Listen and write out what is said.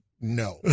no